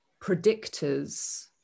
predictors